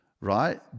Right